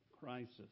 crisis